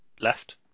left